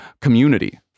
community